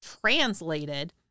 translated